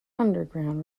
underground